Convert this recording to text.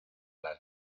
las